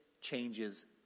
changes